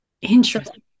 Interesting